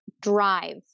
drive